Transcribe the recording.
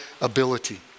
ability